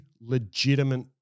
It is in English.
legitimate